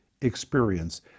experience